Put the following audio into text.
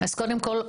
קודם כול,